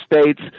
states